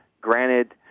granted